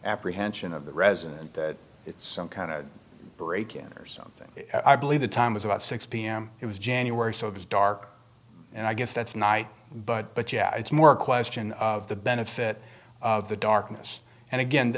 apprehension of the resident that it's some kind of break in or something i believe the time was about six pm it was january so it was dark and i guess that's night but but yeah it's more a question of the benefit of the darkness and again